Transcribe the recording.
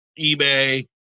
eBay